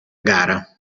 gara